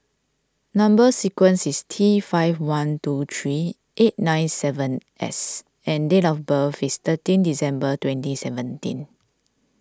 Number Sequence is T five one two three eight nine seven S and date of birth is thirteen December twenty seventeen